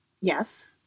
Yes